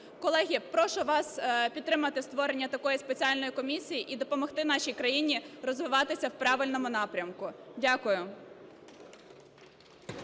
Колеги, прошу вас підтримати створення такої спеціальної комісії і допомогти нашій країні розвиватися в правильному напрямку. Дякую.